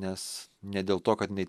nes ne dėl to kad jinai